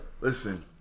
Listen